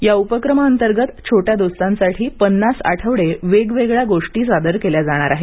या उपक्रमाअंतर्गत छोट्या दोस्तांसाठी पन्नास आठवडे वेगवेगळ्या गोष्टी सादर केल्या जाणार आहेत